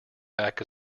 back